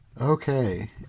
Okay